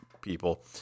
people